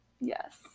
Yes